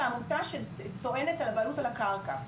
לעמותה שטוענת על הבעלות על הקרקע,